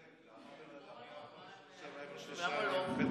למה לא?